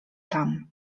tam